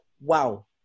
wow